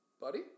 buddy